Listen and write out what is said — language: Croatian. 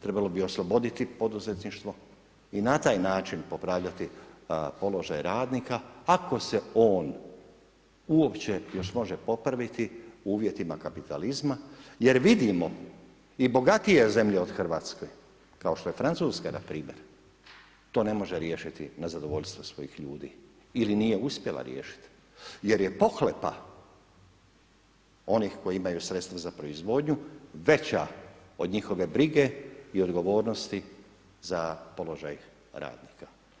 Trebalo bi osloboditi poduzetništvo i na taj način popravljati položaj radnika ako se on uopće još može popraviti u uvjetima kapitalizma jer vidimo i bogatije zemlje od Hrvatske, kao što je Francuska npr. to ne može riješiti na zadovoljstvo svojih ljudi ili nije uspjela riješiti jer je pohlepa onih koji imaju sredstvo za proizvodnju veća od njihove brige i odgovornosti za položaj radnika.